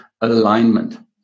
Alignment